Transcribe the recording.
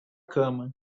cama